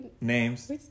Names